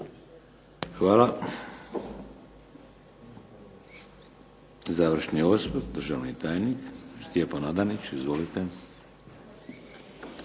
Hvala. Završni osvrt, državni tajnik Stjepan Adanić. Izvolite.